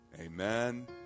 amen